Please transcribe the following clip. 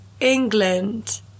England